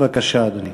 בבקשה, אדוני.